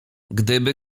gdyby